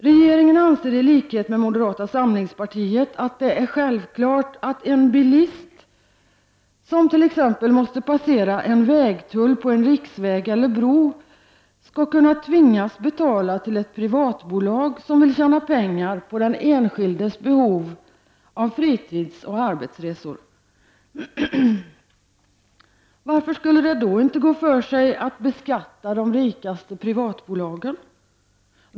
Regeringen anser, i likhet med moderata samlingspartiet, att det är självklart att en bilist som t.ex. måste passera en vägtull på en riksväg eller bro skall kunna tvingas betala till ett privatbolag som vill tjäna pengar på den enskildes behov av fritidsoch arbetsresor. Varför skulle det då inte gå för sig att beskatta de rikaste privatbolagen?